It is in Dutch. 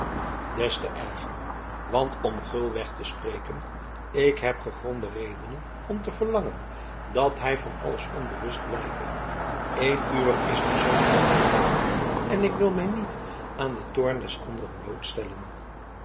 des te erger want om gulweg te spreken ik heb gegronde redenen om te verlangen dat hij van alles onbewust blijve een uwer is de zoon van bianca en ik wil mij niet aan den toorn des anderen